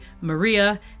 Maria